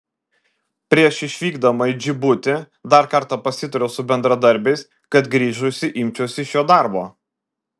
prieš išvykdama į džibutį dar kartą pasitariau su bendradarbiais kad grįžusi imčiausi šio darbo